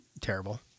terrible